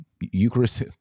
Eucharist